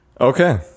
okay